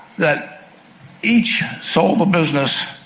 that each sold the business?